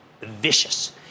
Vicious